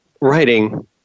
writing